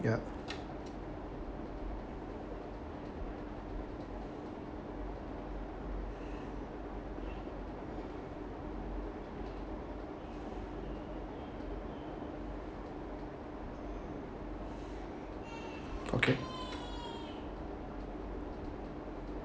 ya okay